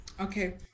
okay